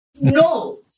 No